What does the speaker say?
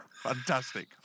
fantastic